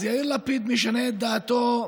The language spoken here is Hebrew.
אז יאיר לפיד משנה את דעתו.